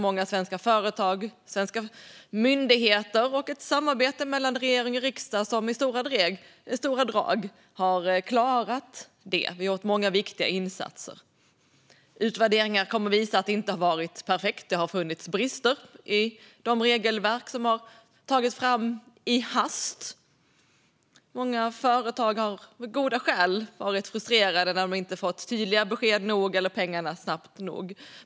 Många svenska företag och myndigheter och samarbetet mellan regering och riksdag har i stora drag klarat att göra det. Vi har gjort många viktiga insatser. Utvärderingar kommer att visa att det inte har varit perfekt. Det har funnits brister i de regelverk som har tagits fram i hast. Många företag har, av goda skäl, varit frustrerade när de inte fått nog tydliga besked eller pengarna snabbt nog.